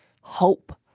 hope